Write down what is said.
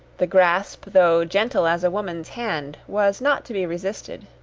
the grasp, though gentle as a woman's hand, was not to be resisted.